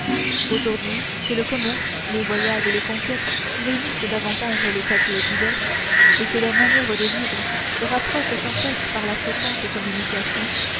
aujourd'hui que le commerce les voyages et les conquêtes réunissent davantage les peuples divers et que leurs manières de vivre se rapprochent sans cesse par la fréquente communication